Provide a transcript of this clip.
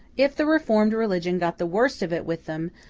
if the reformed religion got the worst of it with them,